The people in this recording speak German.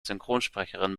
synchronsprecherin